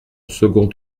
second